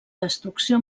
destrucció